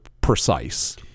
precise